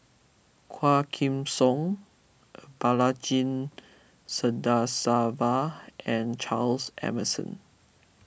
Quah Kim Song Balaji Sadasivan and Charles Emmerson